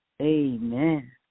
Amen